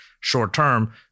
short-term